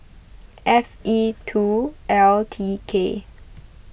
F E two L T K